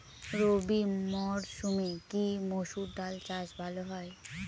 রবি মরসুমে কি মসুর ডাল চাষ ভালো হয়?